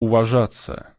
уважаться